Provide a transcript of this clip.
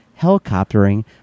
helicoptering